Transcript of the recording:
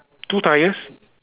two tyres